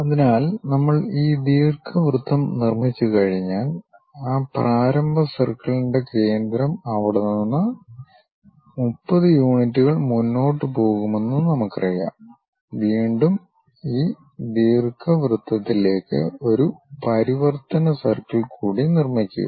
അതിനാൽ നമ്മൾ ഈ ദീർഘവൃത്തം നിർമ്മിച്ചുകഴിഞ്ഞാൽ ആ പ്രാരംഭ സർക്കിളിന്റെ കേന്ദ്രം അവിടെ നിന്ന് 30 യൂണിറ്റുകൾ മുന്നോട്ട് പോകുമെന്ന് നമുക്കറിയാം വീണ്ടും ഈ ദീർഘവൃത്തത്തിലേക്ക് ഒരു പരിവർത്തന സർക്കിൾ കൂടി നിർമ്മിക്കുക